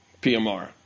PMR